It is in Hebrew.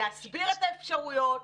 להסביר את האפשרויות,